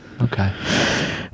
Okay